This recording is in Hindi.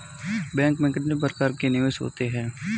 बैंक में कितने प्रकार के निवेश होते हैं?